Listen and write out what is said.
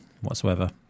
whatsoever